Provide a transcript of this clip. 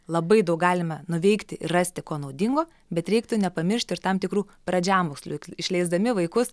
labai daug galime nuveikti ir rasti ko naudingo bet reiktų nepamiršti ir tam tikrų pradžiamokslių išleisdami vaikus